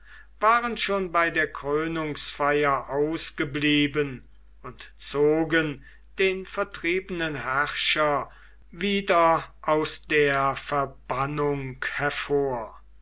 waren schon bei der krönungsfeier ausgeblieben und zogen den vertriebenen herrscher wieder aus der verbannung hervor